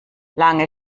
lange